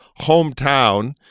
hometown